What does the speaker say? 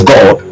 God